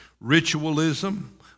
ritualism